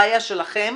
בעיה שלכם?